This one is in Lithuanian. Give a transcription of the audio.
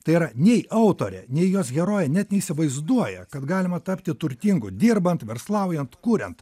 tai yra nei autorė nei jos herojė net neįsivaizduoja kad galima tapti turtingu dirbant verslaujant kuriant